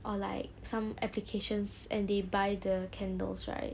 or like some applications and they buy the candles right